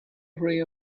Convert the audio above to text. ray